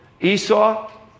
Esau